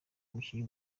umukinnyi